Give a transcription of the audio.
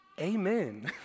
Amen